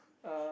uh